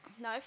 No